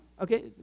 okay